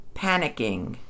panicking